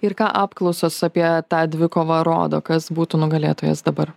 ir ką apklausos apie tą dvikovą rodo kas būtų nugalėtojas dabar